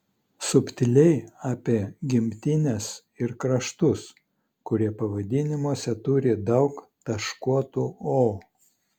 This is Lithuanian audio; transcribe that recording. subtiliai apie gimtines ir kraštus kurie pavadinimuose turi daug taškuotų o